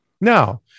Now